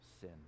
sin